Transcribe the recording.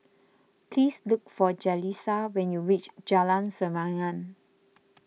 please look for Jalissa when you reach Jalan Serengam